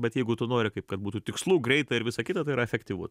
bet jeigu tu nori kaip kad būtų tikslu greita ir visa kita tai yra efektyvu